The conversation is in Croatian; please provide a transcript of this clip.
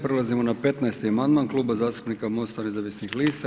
Prelazimo na 15.-ti amandman Klub zastupnika MOST-a Nezavisnih lista.